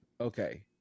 Okay